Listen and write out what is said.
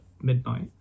midnight